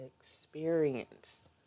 experience